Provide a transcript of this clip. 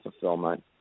fulfillment